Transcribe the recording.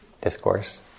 discourse